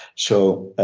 so